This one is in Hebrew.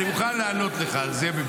אני מוכן לענות לך על זה.